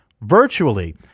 virtually